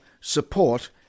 support